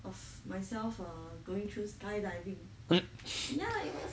of myself err going through skydiving ya ya